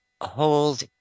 hold